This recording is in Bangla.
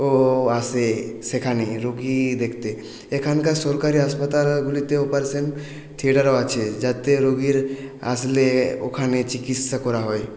ও আসে সেখানে রোগী দেখতে এখানকার সরকারি হাসপাতালগুলিতেও অপারেশন থিয়েটারও আছে যাতে রোগী আসলে ওখানে চিকিৎসা করা হয়